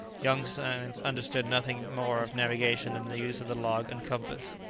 young sands understood nothing more of navigation than the use of the log and compass.